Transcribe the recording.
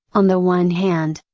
on the one hand,